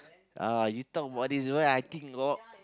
uh you talk about this when I think oh